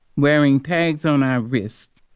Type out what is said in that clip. wearing pegs on our wrists,